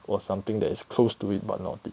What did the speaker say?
was something that is close to it but not it